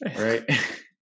Right